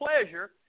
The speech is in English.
pleasure